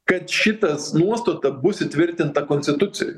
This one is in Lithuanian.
kad šitas nuostata bus įtvirtinta konstitucijoj